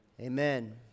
amen